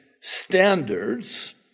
standards